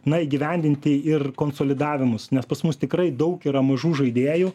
na įgyvendinti ir konsolidavimus nes pas mus tikrai daug yra mažų žaidėjų